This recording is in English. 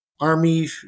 Army